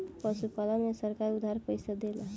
पशुपालन में सरकार उधार पइसा देला?